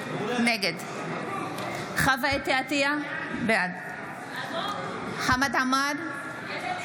נגד חוה אתי עטייה, בעד חמד עמאר,